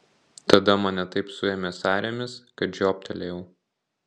tada mane taip suėmė sąrėmis kad žioptelėjau